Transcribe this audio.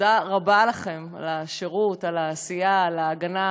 תודה רבה לכם על השירות, על העשייה, על ההגנה.